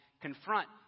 confront